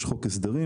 יש חוק הסדרים,